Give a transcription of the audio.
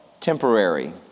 temporary